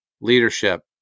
leadership